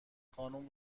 خانوم